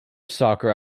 soccer